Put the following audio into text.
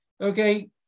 okay